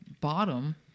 bottom